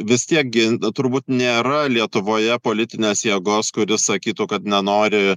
vis tiek gi turbūt nėra lietuvoje politinės jėgos kuri sakytų kad nenori